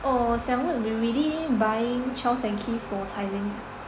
oh 我想问 we really buying Charles and Keith for Cai Ming ah